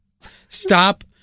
Stop